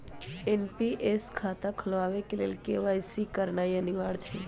NPS खता खोलबाबे के लेल के.वाई.सी करनाइ अनिवार्ज हइ